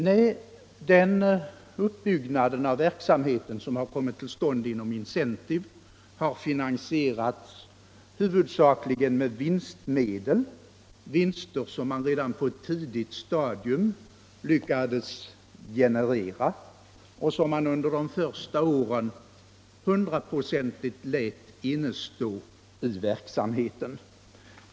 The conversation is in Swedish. Nej, den uppbyggnad av verksamheten som kommit till stånd inom Incentive har finansierats huvudsakligen med vinstmedel — vinster som företaget redan på ett tidigt stadium lyckades generera och under de första åren hundraprocentigt lät innestå i verksamheten.